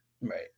Right